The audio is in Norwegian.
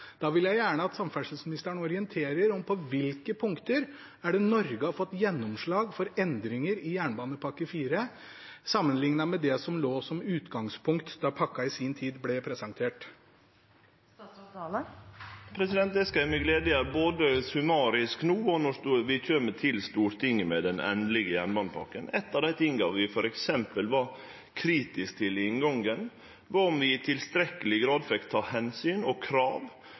Da vil jeg gjerne at samferdselsministeren orienterer om på hvilke punkter det er Norge har fått gjennomslag for endringer i jernbanepakke IV, sammenliknet med det som lå som utgangspunkt da pakka i sin tid ble presentert. Det skal eg med glede gjere, både summarisk no og når vi kjem til Stortinget med den endelege jernbanepakka. Noko av det vi var kritiske til i inngangen, var om vi i tilstrekkeleg grad fekk ta omsyn til og stille krav